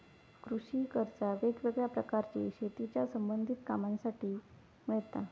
कृषि कर्जा वेगवेगळ्या प्रकारची शेतीच्या संबधित कामांसाठी मिळता